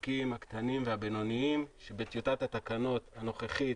הספקים הקטנים והבינוניים שבטיוטת התקנות הנוכחית